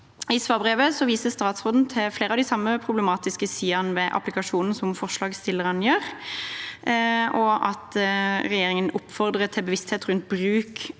I svarbrevet viser statsråden til flere av de samme problematiske sidene ved applikasjonen som forslagsstillerne gjør, og at regjeringen oppfordrer til bevissthet rundt bruk